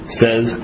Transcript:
says